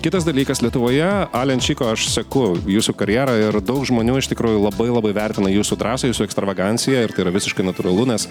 kitas dalykas lietuvoje alen čiko aš seku jūsų karjerą ir daug žmonių iš tikrųjų labai labai vertina jūsų drąsą jūsų ekstravaganciją ir tai yra visiškai natūralu nes